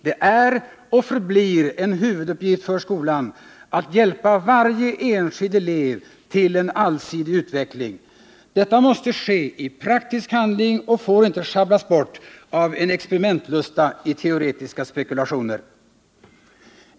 Det är och förblir en huvuduppgift för skolan att hjälpa varje enskild elev till en allsidig utveckling. Detta måste ske i praktisk handling och får inte sjabblas bort av en experimentlusta i teoretiska spekulationer!